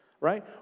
right